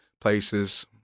places